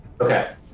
okay